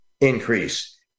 increase